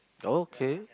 okay